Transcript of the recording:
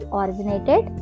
originated